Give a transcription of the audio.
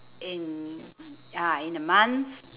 in ah in a month